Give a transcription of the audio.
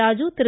Raju Thiru